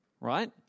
right